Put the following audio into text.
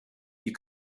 you